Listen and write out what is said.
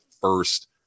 first